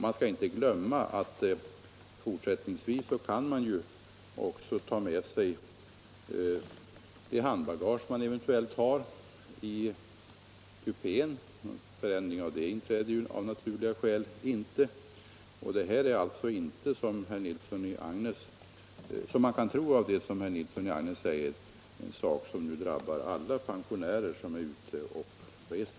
Man skall inte glömma att resenärerna även fortsättningsvis kan ta med sig handbagaget till kupén. Någon förändring härav inträder av naturliga skäl inte. Det är alltså inte, som man kan tro av vad herr Nilsson i Agnäs säger, en höjning som drabbar alla pensionärer som är ute och reser.